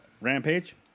Rampage